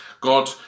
God